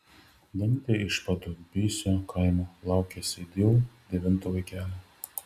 danutė iš padubysio kaimo laukiasi jau devinto vaikelio